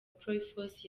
playoffs